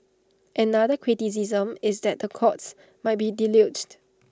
another criticism is that the courts might be deluged